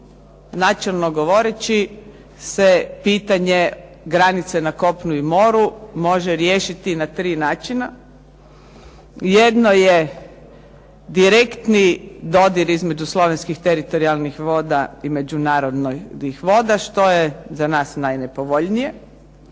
načelno govoreći se pitanje granice na kopnu i moru može riješiti na tri načina. Jedno je direktni dodir između slovenskih teritorijalnih mora i međunarodnih voda, što je za nas najnepovoljnije.